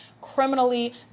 criminally